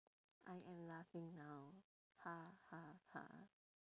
I am laughing now ha ha ha